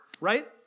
right